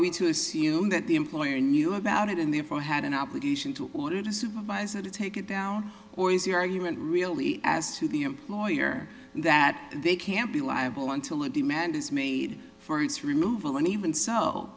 we to assume that the employer knew about it and therefore had an obligation to ordered a supervisor to take it down or is the argument really as to the employer that they can't be liable until a demand is made for its removal and even so